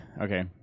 okay